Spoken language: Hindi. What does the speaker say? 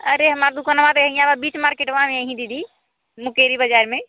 अरे हमार दुकनवा यही बीच मार्किटवा में दीदी मुकेरि बाज़ार में